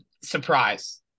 surprise